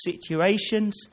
situations